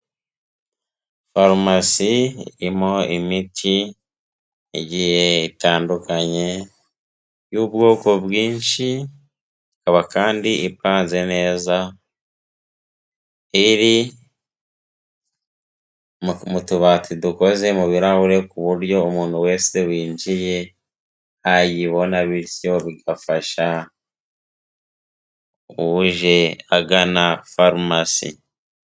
Farumasi irimo imiti igiye itandukanye y'ubwoko bwinshi, ikaba kandi ipanze neza, iri mu tubati dukoze mu birarahure ku buryo umuntu wese winjiye ayibona bityo bigafasha uje agana farumasi.